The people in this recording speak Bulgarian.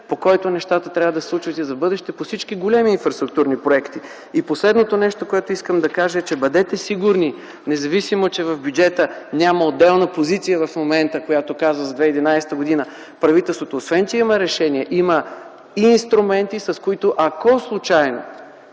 по който нещата трябва да се случват и за в бъдеще по всички големи инфраструктурни проекти. Последното нещо, което ще кажа, е: бъдете сигурни, независимо, че в бюджета няма отделна позиция в момента, която да казва за 2011 г., правителството освен че има решение, има и инструменти, та ако случайно...